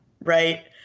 Right